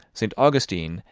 st. augustine,